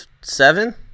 seven